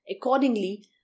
Accordingly